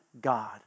God